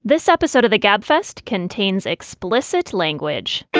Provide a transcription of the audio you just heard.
this episode of the gabfest contains explicit language.